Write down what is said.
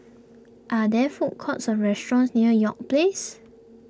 are there food courts or restaurants near York Place